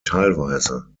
teilweise